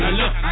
look